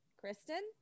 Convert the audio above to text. Kristen